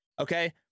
Okay